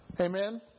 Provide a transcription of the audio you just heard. Amen